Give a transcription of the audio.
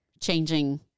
changing